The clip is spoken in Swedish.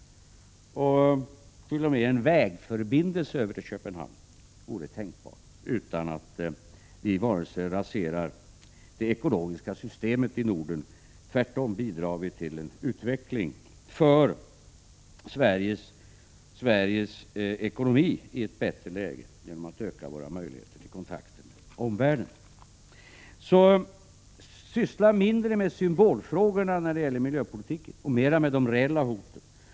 T.o.m. en vägförbindelse över till Köpenhamn vore tänkbar utan att vi raserar det ekologiska systemet i Norden. Tvärtom bidrar vi till en positiv utveckling av Sveriges ekonomi genom att öka våra möjligheter till kontakter med omvärlden. Syssla mindre med symbolfrågorna när det gäller miljöpolitiken och mera med de reella hoten.